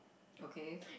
okay